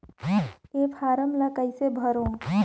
ये फारम ला कइसे भरो?